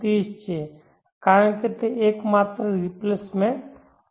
30 છે કારણ કે તે એકમાત્ર રિપ્લેસમેન્ટ છે